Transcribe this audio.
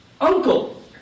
uncle